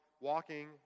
walking